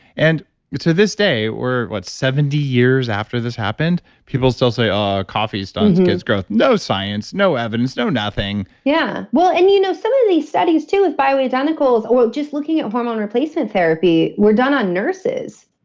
and to this day, we're, what? seventy years after this happened, people still say, oh, coffee stunts kids growth. no science, no evidence, no nothing yeah. well, and you know some of these studies too with bioidenticals or just looking at hormone replacement therapy were done on nurses.